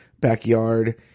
backyard